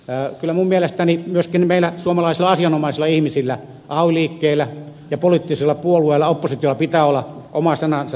kyllä minun mielestäni myöskin meillä suomalaisilla asianomaisilla ihmisillä ay liikkeellä ja poliittisilla puolueilla oppositiolla pitää olla oma sanansa sanottavana tähän asiaan